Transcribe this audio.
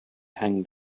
hanged